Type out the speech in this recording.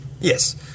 yes